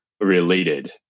related